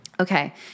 Okay